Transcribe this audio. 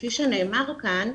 כפי שנאמר כאן,